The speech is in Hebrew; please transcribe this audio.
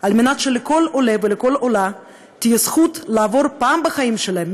על מנת שלכל עולֶה ולכל עולָ‏‎ה תהיה זכות לעבור פעם בחיים שלהם,